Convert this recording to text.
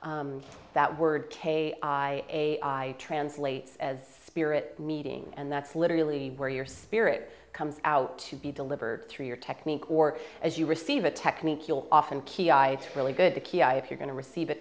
guess that word k i a i translate as spirit meeting and that's literally where your spirit comes out to be delivered through your technique or as you receive a technique you'll often key i really good a key i if you're going to receive a